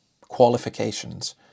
qualifications